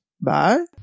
Bye